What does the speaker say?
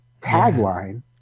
tagline